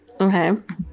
Okay